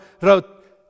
wrote